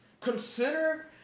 consider